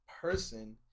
person